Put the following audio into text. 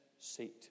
seat